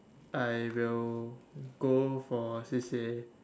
I will go for C_C_A